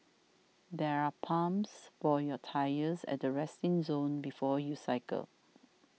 there are pumps for your tyres at the resting zone before you cycle